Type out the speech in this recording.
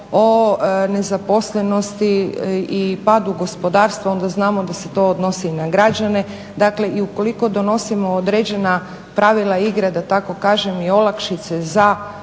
o nezaposlenosti i padu gospodarstva onda znamo da se to odnosi i na građane. Dakle, i ukoliko donosimo određena pravila igre da tako kažem i olakšice za